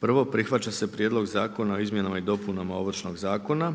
1. Prihvaća se prijedlog zakona o izmjenama i dopunama Ovršnog zakona,